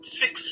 six